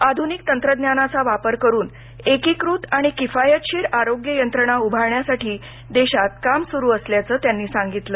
आधुनिक तंत्रज्ञानाचा वापर करून एकीकृत आणि किफायतशीर आरोग्य यंत्रणा उभारण्यासाठी देशात काम सुरू असल्याचं त्यांनी सांगितलं